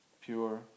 pure